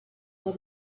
der